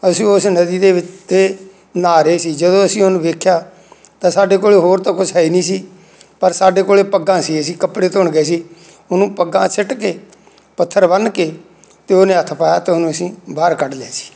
ਅਸੀਂ ਉਸ ਨਦੀ ਦੇ ਵਿ 'ਤੇ ਨਹਾ ਰਹੇ ਸੀ ਜਦੋਂ ਅਸੀਂ ਉਹਨੂੰ ਵੇਖਿਆ ਤਾਂ ਸਾਡੇ ਕੋਲ ਹੋਰ ਤਾਂ ਕੁਝ ਹੈ ਨਹੀਂ ਸੀ ਪਰ ਸਾਡੇ ਕੋਲ ਪੱਗਾਂ ਸੀ ਅਸੀਂ ਕੱਪੜੇ ਧੋਣ ਗਏ ਸੀ ਉਹਨੂੰ ਪੱਗਾਂ ਸਿੱਟ ਕੇ ਪੱਥਰ ਬੰਨ੍ਹ ਕੇ ਤਾਂ ਉਹਨੇ ਹੱਥ ਪਾਇਆ ਅਤੇ ਉਹਨੂੰ ਅਸੀਂ ਬਾਹਰ ਕੱਢ ਲਿਆ ਸੀ